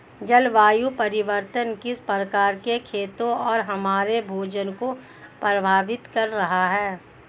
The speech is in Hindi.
जलवायु परिवर्तन किस प्रकार खेतों और हमारे भोजन को प्रभावित कर रहा है?